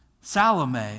Salome